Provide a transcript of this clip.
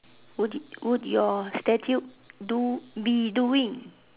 would it would your statue do be doing